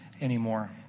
anymore